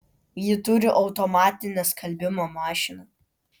ji turi automatinę skalbimo mašiną